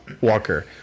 Walker